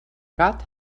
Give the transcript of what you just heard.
gat